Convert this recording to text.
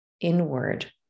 inward